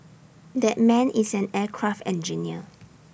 that man is an aircraft engineer